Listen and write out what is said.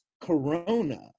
corona